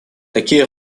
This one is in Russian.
такие